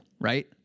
right